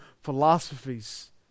philosophies